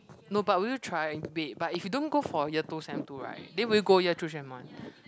no but will you try babe but if you don't go for year two sem two right then will you go year two sem one